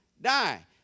die